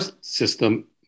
system